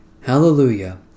Hallelujah